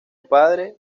padre